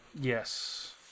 Yes